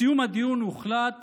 בסיום הדיון הוחלט